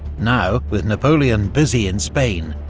now, with napoleon busy in spain,